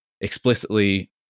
explicitly